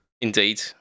Indeed